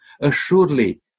Assuredly